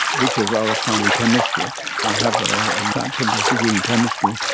which is rather fun chemistry, i have a bachelor's degree in chemistry,